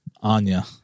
Anya